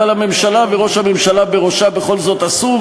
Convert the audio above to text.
אבל הממשלה וראש הממשלה בראשה בכל זאת עשו,